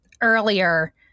earlier